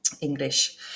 English